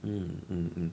mm mm mm